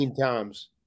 times